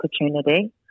opportunity